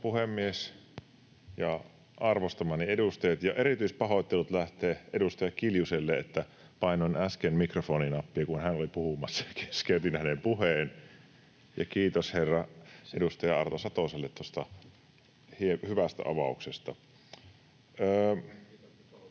Arvoisa puhemies ja arvostamani edustajat! Ja erityispahoittelut lähtevät edustaja Kiljuselle siitä, että painoin äsken mikrofoninappia, kun hän oli puhumassa, keskeytin hänen puheensa. Ja kiitos edustaja Satoselle tuosta hyvästä avauksesta. [Kimmo